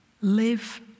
Live